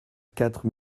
quatre